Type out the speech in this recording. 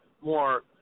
more